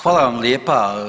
Hvala vam lijepa.